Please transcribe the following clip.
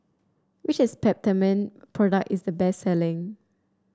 which is Peptamen product is the best selling